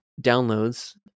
downloads